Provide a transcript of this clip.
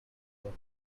work